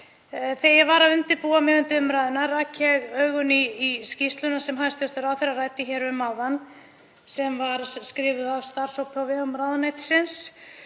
Þegar ég var að undirbúa mig undir umræðuna rak ég augun í skýrsluna sem hæstv. ráðherra ræddi hér um áðan, sem var skrifuð af starfshópi á vegum ráðuneytisins.